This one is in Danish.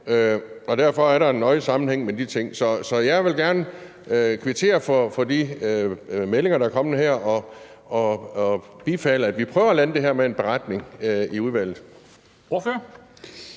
er der jo en nøje sammenhæng mellem de ting. Så jeg vil gerne kvittere for de meldinger, der er kommet her, og bifalde, at vi prøver at lande det her med en beretning i udvalget.